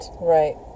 Right